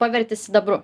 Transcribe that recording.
paverti sidabru